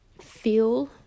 feel